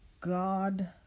God